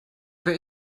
wer